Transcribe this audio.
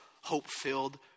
hope-filled